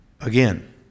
again